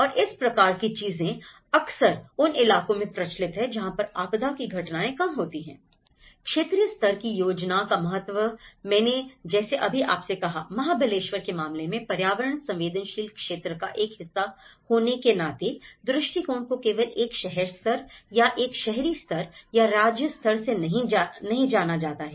और इस प्रकार की चीजें अक्सर उन इलाकों में प्रचलित हैं जहां पर आपदा की घटनाएं कम होती हैंI क्षेत्रीय स्तर की योजना का महत्व मैंने जैसे अभी आपसे कहा महाबलेश्वर के मामले में पर्यावरण संवेदनशील क्षेत्र का एक हिस्सा होने के नाते दृष्टिकोण को केवल एक शहर स्तर या एक शहरी स्तर या राज्य स्तर से नहीं जाना जाता है